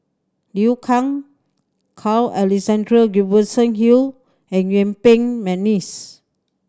Liu Kang Carl Alexander Gibson Hill and Yuen Peng McNeice